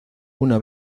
una